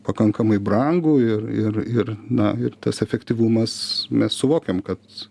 pakankamai brangų ir ir ir na ir tas efektyvumas mes suvokiam kad